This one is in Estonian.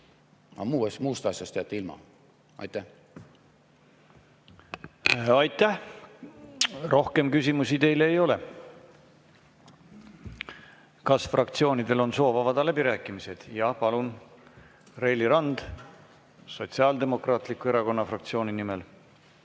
Aga muust asjast jääte ilma." Aitäh! Rohkem küsimusi teile ei ole. Kas fraktsioonidel on soov avada läbirääkimised? Jaa, palun! Reili Rand Sotsiaaldemokraatliku Erakonna fraktsiooni nimel.